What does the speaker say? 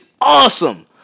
awesome